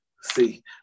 See